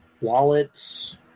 wallets